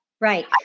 Right